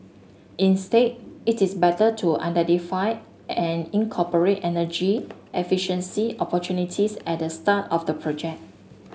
instead it is better to identify and incorporate energy efficiency opportunities at the start of the project